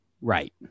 Right